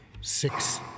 Six